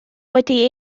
wedi